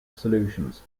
solutions